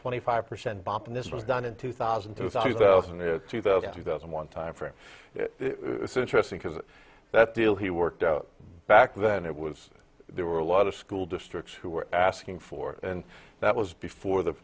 twenty five percent bump and this was done in two thousand two thousand and two thousand two thousand one time frame it's interesting because that deal he worked out back then it was there were a lot of school districts who were asking for and that was before the